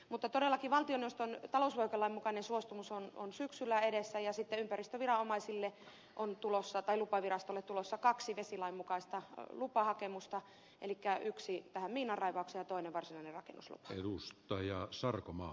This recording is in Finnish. mutta todellakin valtioneuvoston talousvyöhykelain mukainen suostumus on syksyllä edessä ja sitten ympäristölupavirastolle on tulossa kaksi vesilain mukaista lupahakemusta elikkä yksi tähän miinanraivaukseen ja toinen varsinainen rakennuslupa